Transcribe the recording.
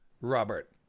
Robert